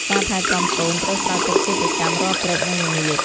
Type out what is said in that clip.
ការថែទាំកូន ត្រូវស្រោចទឹកជាប្រចាំរាល់ព្រឹក និងល្ងាច។